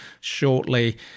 shortly